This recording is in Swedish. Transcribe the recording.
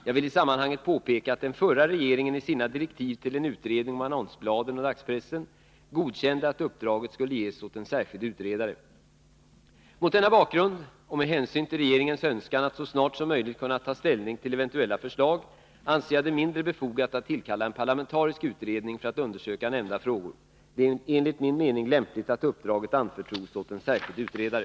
Jag vill i sammanhanget påpeka att den förra regeringen i sina direktiv till en utredning om annonsbladen och dagspressen godkände att uppdraget skulle ges åt en särskild utredare. Mot denna bakgrund och med hänsyn till regeringens önskan att så snart som möjligt kunna ta ställning till eventuella förslag anser jag det mindre befogat att tillkalla en parlamentarisk utredning för att undersöka nämnda frågor. Det är enligt min mening lämpligt att uppdraget anförtros åt en särskild utredare.